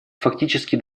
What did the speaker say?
фактически